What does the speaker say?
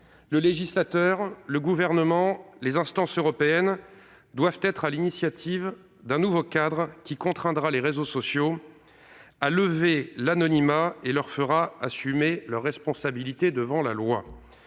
Le législateur, le Gouvernement et les instances européennes doivent être à l'initiative d'un nouveau cadre qui contraindra les réseaux sociaux à lever l'anonymat et leur fera assumer leur responsabilité devant la loi.